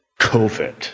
COVID